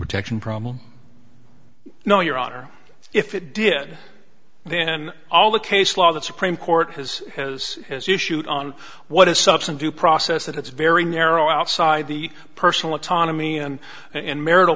protection problem no your honor if it did then all the case law the supreme court has has has issued on what is subsumed due process that it's very narrow outside the personal autonomy and in marital